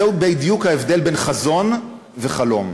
זהו בדיוק ההבדל בין חזון לחלום.